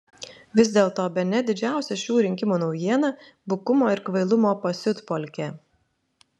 vis dėlto bene didžiausia šių rinkimų naujiena bukumo ir kvailumo pasiutpolkė